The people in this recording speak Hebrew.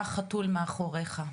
ראש חוליית סחר בבני אדם.